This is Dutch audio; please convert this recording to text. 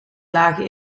lage